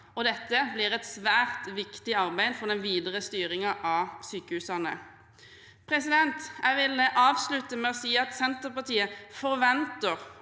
Dette blir et svært viktig arbeid for den videre styringen av sykehusene. Jeg vil avslutte med å si at Senterpartiet forventer